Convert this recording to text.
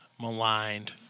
maligned